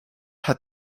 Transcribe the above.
hat